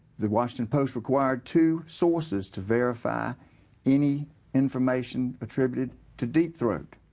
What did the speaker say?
the washington post required to sources to verify any information attributed to deep throat.